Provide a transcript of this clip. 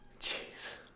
Jeez